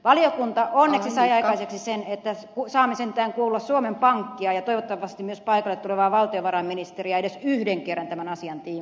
valiokunta onneksi sai aikaiseksi sen että saamme sentään kuulla suomen pankkia ja toivottavasti myös paikalle tulevaa valtiovarainministeriä edes yhden kerran tämän asian tiimoilta